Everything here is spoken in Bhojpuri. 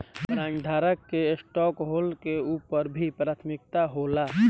बॉन्डधारक के स्टॉकहोल्डर्स के ऊपर भी प्राथमिकता होला